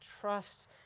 trust